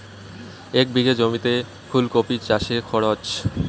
এক বিঘে জমিতে ফুলকপি চাষে খরচ?